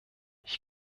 ich